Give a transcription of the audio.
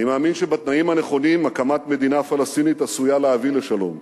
אני מאמין שבתנאים הנכונים הקמת מדינה פלסטינית עשויה להביא לשלום,